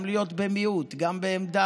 גם להיות במיעוט, גם בעמדה